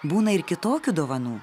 būna ir kitokių dovanų